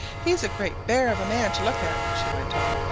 he's a great bear of a man to look at, she went on,